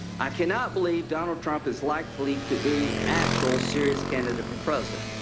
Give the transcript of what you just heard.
i cannot believe donald trump is likely to be actual serious candidate for president.